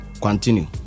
Continue